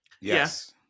Yes